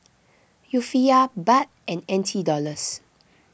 Rufiyaa Baht and N T Dollars